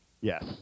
Yes